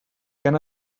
can